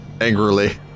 angrily